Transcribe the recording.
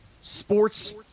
sports